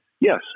Yes